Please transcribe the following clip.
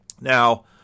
Now